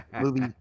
movie